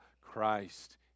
Christ